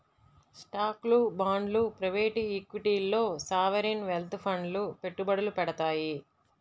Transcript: స్టాక్లు, బాండ్లు ప్రైవేట్ ఈక్విటీల్లో సావరీన్ వెల్త్ ఫండ్లు పెట్టుబడులు పెడతాయి